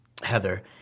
Heather